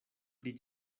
pri